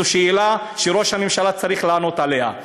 זו שאלה שראש הממשלה צריך לענות עליה.